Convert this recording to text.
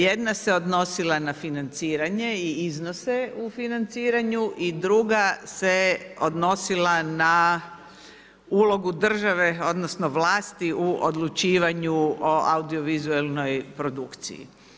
Jedna se odnosila na financiranje i iznose u financiranju i druga se odnosila na u logu države, odnosno, vlasti u odlučivanju o audiovizualnoj produkciji.